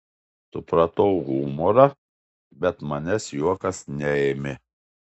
supratau humorą bet manęs juokas neėmė